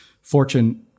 fortune